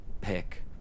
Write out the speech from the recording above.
pick